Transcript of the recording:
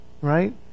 right